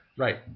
Right